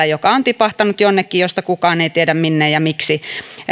joka on tipahtanut jonnekin josta kukaan ei tiedä minne ja miksi